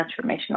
transformational